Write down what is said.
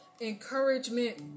encouragement